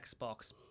Xbox